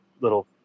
little